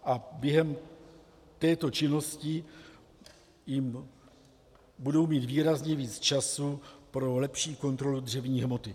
A během této činnosti budou mít výrazně víc času pro lepší kontrolu dřevní hmoty.